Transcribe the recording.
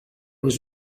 was